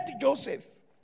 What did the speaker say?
Joseph